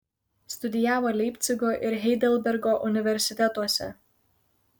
studijavo leipcigo ir heidelbergo universitetuose